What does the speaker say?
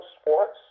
sports